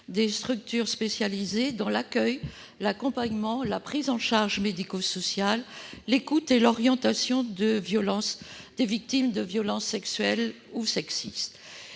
les structures spécialisées dans l'accueil, l'accompagnement, la prise en charge médico-sociale, l'écoute et l'orientation des victimes de violences sexuelles ou sexistes.